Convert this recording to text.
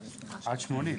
אוקיי, אין בעיה.